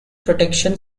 protection